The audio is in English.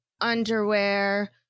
underwear